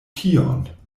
tion